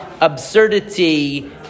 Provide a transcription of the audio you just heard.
Absurdity